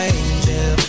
angel